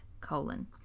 colon